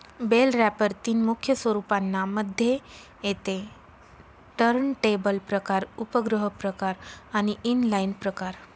bell wrapper तीन मुख्य स्वरूपांना मध्ये येते टर्नटेबल प्रकार, उपग्रह प्रकार आणि इनलाईन प्रकार